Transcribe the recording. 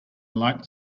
light